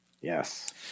Yes